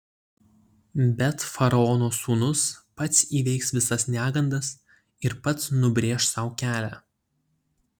bet faraono sūnus pats įveiks visas negandas ir pats nubrėš sau kelią